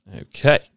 Okay